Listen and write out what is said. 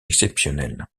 exceptionnels